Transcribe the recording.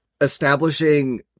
establishing